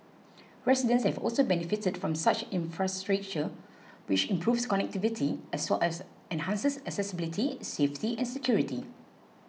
residents have also benefited from such infrastructure which improves connectivity as well as enhances accessibility safety and security